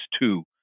two